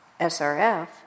SRF